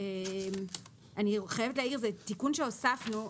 אני חייבת להעיר, זה תיקון שהוספנו.